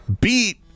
beat